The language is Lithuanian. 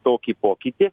tokį pokytį